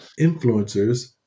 Influencers